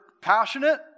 passionate